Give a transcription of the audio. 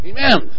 Amen